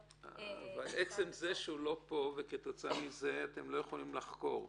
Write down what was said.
אבל עצם זה שהוא לא פה ולכן אתם לא יכולים לחקור,